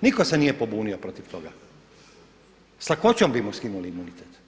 nitko se nije pobunio protiv toga, sa lakoćom bi mu skinuli imunitet.